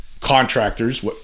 contractors